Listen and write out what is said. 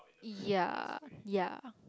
ya ya